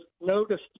noticed